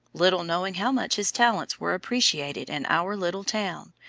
little knowing how much his talents were appreciated in our little town,